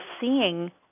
seeing